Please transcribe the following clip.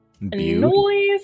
Noise